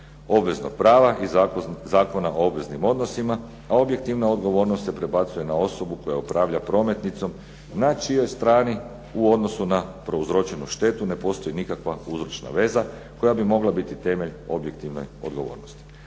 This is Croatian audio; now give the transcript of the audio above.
obveznog prava i Zakona o obveznim odnosima, a objektivna odgovornost se prebacuje na osobu koja upravlja prometnicom na čijoj strani u odnosu na prouzročenu štetu ne postoji nikakva uzročna veza koja bi mogla biti temelj objektivne odgovornosti.